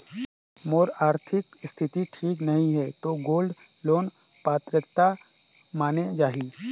मोर आरथिक स्थिति ठीक नहीं है तो गोल्ड लोन पात्रता माने जाहि?